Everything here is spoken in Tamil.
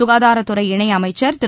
சுகாதாரத்துறை இணையமைச்சா் திரு